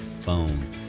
phone